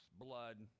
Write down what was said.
blood